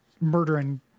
murdering